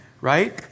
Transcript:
right